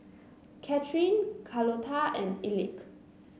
Kathryn Carlota and Elick